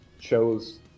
chose